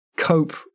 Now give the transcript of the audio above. cope